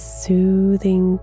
soothing